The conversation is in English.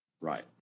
Right